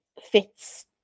Fits